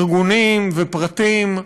ארגונים ופרטיים,